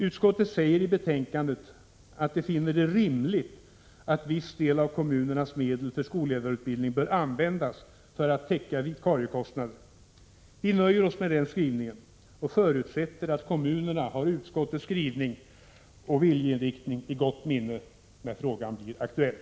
Utskottet säger i betänkandet att det finner det rimligt att viss del av kommunernas medel för skolledarutbildningen bör användas för att täcka vikariekostnader. Vi nöjer oss med den skrivningen och förutsätter att kommunerna har utskottets skrivning och viljeinriktning i gott minne, när frågan blir aktuell.